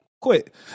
quit